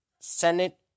Senate